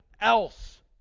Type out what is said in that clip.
else